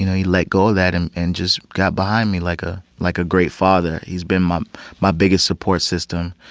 you know he let go of that and and just got behind me like ah like a great father. he's been my my biggest support system.